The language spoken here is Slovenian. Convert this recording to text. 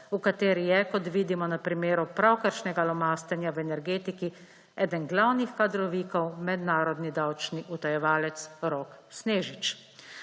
v kateri je, kot vidimo na primeru pravkaršnjega lomastenja v energetiki, eden glavnih kadrovnikov mednarodni davčni utajevalec Rok Snežič.